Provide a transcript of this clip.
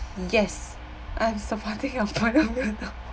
yes I'm supporting your point of view